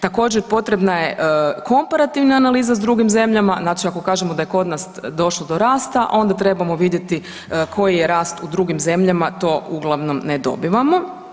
Također potrebna je komparativna analiza s drugim zemljama, znači ako kažemo da je kod nas došlo do rasta onda trebamo vidjeti koji je rast u drugim zemljama, to uglavnom ne dobivamo.